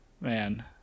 man